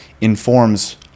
informs